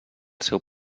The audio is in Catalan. seu